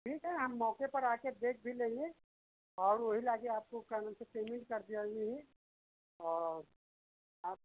ठीक है हम मौके पर आ कर देख भी लेंगे और वही ला कर आपको का नौ से पेमेंट कर दिया जईहे औ आप